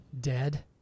dead